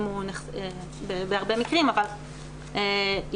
מדובר על מעבדות שקיימות.